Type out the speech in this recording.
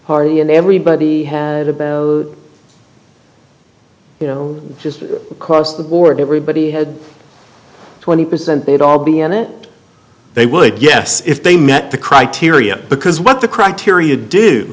party and everybody had just across the board everybody had twenty percent they'd all be on it they would yes if they met the criteria because what the criteria do